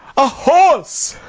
a horse!